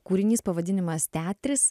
kūrinys pavadinimas teatris